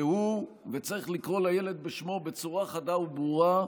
והוא, וצריך לקרוא לילד בשמו בצורה חדה וברורה,